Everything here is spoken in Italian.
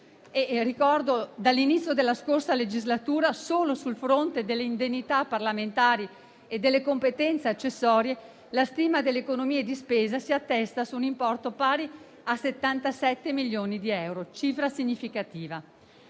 e ricordo che, dall'inizio della scorsa legislatura, solo sul fronte delle indennità parlamentari e delle competenze accessorie, la stima delle economie di spesa si attesta su un importo pari a 77 milioni di euro, un cifra significativa.